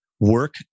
work